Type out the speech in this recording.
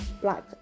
Black